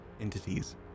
entities